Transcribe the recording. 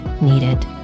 needed